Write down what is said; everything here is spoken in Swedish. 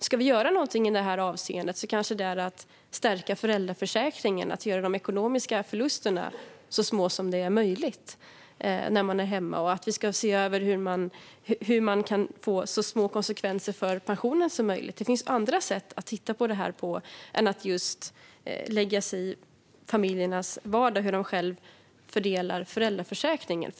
Ska vi göra någonting i det här avseendet är det kanske att stärka föräldraförsäkringen, att göra de ekonomiska förlusterna när man är hemma så små som möjligt, och att se över hur konsekvenserna kan bli så små som möjligt för pensionen. Det finns andra sätt att titta på det här än att just lägga sig i hur familjerna själva fördelar föräldraförsäkringen.